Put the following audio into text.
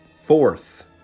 fourth